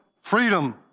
freedom